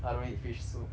I don't eat fish soup